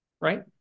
right